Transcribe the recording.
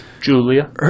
Julia